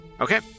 Okay